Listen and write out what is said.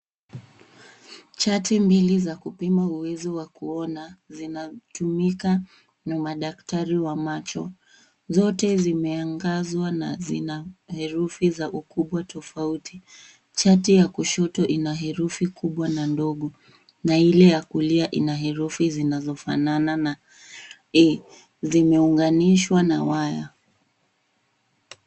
Chati mbili za kupima uwezo wa kuona zinatumika na madaktari wa macho. Zote zimeangazwa na zina herufi za ukubwa tofauti. Chati ya kushoto ina herufi kubwa na ndogo na ile ya kulia ina herufi zinazofanana na E. Zimeunganishwa na waya.